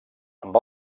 amb